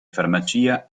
farmacia